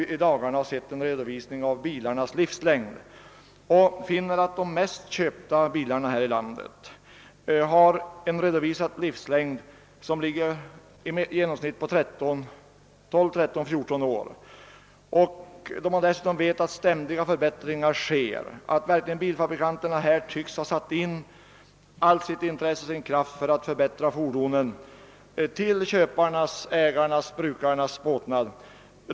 Vi har i dagarna sett en redovisning av bilarnas livslängd och funnit att de mest köpta bilarna här i landet har en genomsnittlig livslängd på 12— 14 år. Dessutom vet vi att ständiga förbättringar görs, att bilfabrikanterna verkligen tycks ha satt in allt sitt intresse och all sin kraft på att förbättra fordonen till köparnas—ägarnas —brukarnas båtnad.